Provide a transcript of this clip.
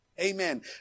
Amen